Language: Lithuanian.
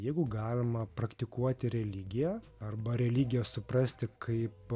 jeigu galima praktikuoti religiją arba religiją suprasti kaip